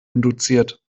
induziert